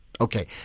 Okay